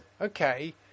okay